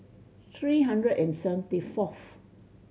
three hundred and seventy fourth